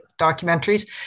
documentaries